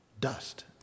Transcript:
dust